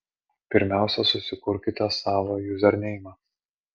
pirmiausia susikurkite savo juzerneimą